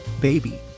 baby